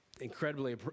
incredibly